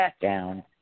down